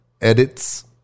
edits